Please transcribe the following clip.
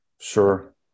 sure